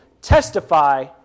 testify